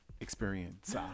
experience